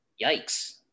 Yikes